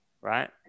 right